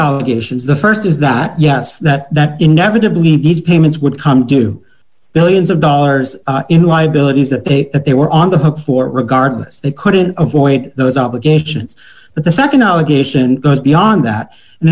allegations the st is that yes that that inevitably these payments would come do billions of dollars in liabilities that they that they were on the hook for regardless they couldn't avoid those obligations but the nd allegation goes beyond that and